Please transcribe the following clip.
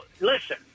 listen